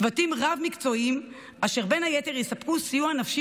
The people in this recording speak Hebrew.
צוותים רב-מקצועיים אשר בין היתר יספקו סיוע נפשי